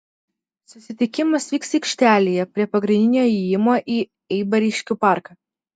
susitikimas vyks aikštelėje prie pagrindinio įėjimo į eibariškių parką